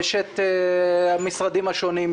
יש את המשרדים השונים,